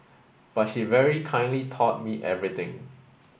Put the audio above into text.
but she very kindly taught me everything